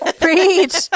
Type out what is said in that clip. preach